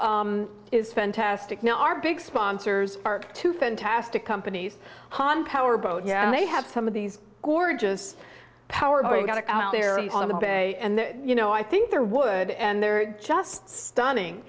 is fantastic now our big sponsors are two fantastic companies hahn powerboat yeah they have some of these gorgeous power going to out there on the bay and you know i think there would and they're just stunning